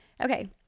Okay